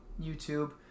YouTube